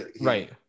Right